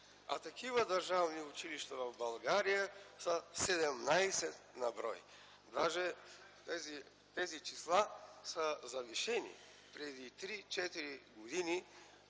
а такива държавни училища в България са 17 на брой. Даже тези числа са завишени. Преди 3-4 години